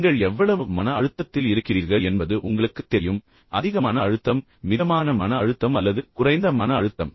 நீங்கள் எவ்வளவு மன அழுத்தத்தில் இருக்கிறீர்கள் என்பது உங்களுக்குத் தெரியும் அதிக மன அழுத்தம் மிதமான மன அழுத்தம் அல்லது குறைந்த மன அழுத்தம்